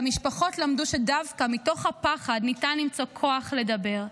והמשפחות למדו שדווקא מתוך הפחד ניתן למצוא כוח לדבר,